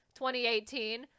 2018